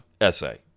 essay